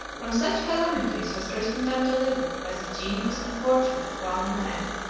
from such calamities was christendom delivered by the genius and fortune of one man.